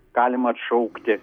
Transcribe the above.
galima atšaukti